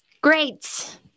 Great